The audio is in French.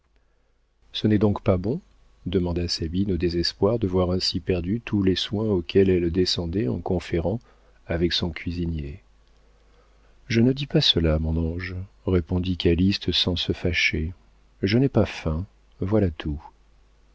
ce n'est donc pas bon demanda sabine au désespoir de voir ainsi perdus tous les soins auxquels elle descendait en conférant avec son cuisinier je ne dis pas cela mon ange répondit calyste sans se fâcher je n'ai pas faim voilà tout